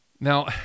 now